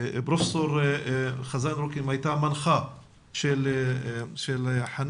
פרופ' חזן רוקם הייתה מנחה של חנאן